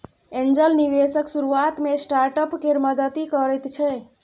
angel निबेशक शुरुआत मे स्टार्टअप केर मदति करैत छै